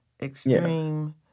extreme